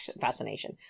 fascination